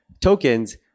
tokens